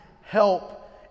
help